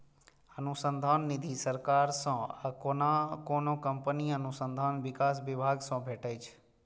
अनुसंधान निधि सरकार सं आ कोनो कंपनीक अनुसंधान विकास विभाग सं भेटै छै